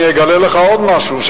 אני אגלה לך עוד משהו,